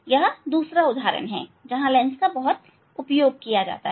यह दूसरा उदाहरण है जहां लेंस का बहुत उपयोग किया जाता है